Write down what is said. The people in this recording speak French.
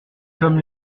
comme